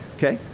ok?